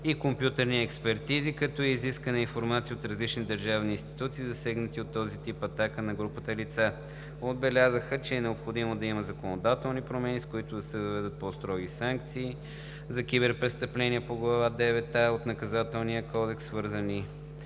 и компютърни експертизи, като е изискана информация от различни държавни институции, засегнати от този тип атака на групата лица. Отбеляза се, че е необходимо да има законодателни промени, с които да се въведат по-строги санкции за киберпрестъпленията по Глава девет „а“ от Наказателния кодекс, свързани